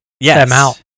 Yes